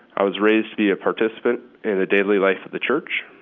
i was raised to be a participant in the daily life of the church.